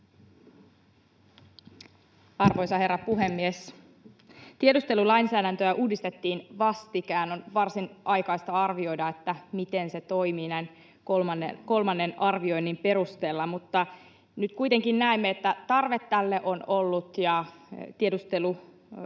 Arvoisa herra puhemies! Tiedustelulainsäädäntöä uudistettiin vastikään. On varsin aikaista arvioida, miten se toimii, näin kolmannen arvioinnin perusteella. Mutta nyt kuitenkin näemme, että tarve tälle on ollut ja tiedusteluvalvontavaltuutetun